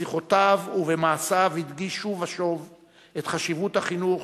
בשיחותיו ובמעשיו הדגיש שוב ושוב את חשיבות החינוך,